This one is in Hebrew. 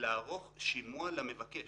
אנחנו עורכים שימוע למבקש.